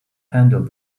handle